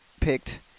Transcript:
picked